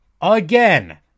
Again